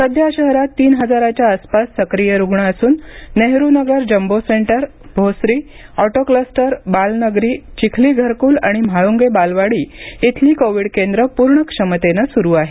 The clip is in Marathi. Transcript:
सध्या शहरात तीन हजाराच्या आसपास सक्रिय रुग्ण असून Nehrunagar jumbo centre Bhosari auto cluster Balnagari Chikhli घरक्ल आणि म्हाळंगे बालेवाडी इथली कोविड केंद्र पूर्ण क्षमतेनं सुरू आहेत